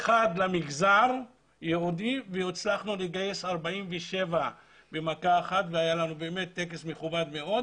האחד למגזר והצלחנו לגייס 47 במכה אחת והיה לנו טקס מכובד מאוד,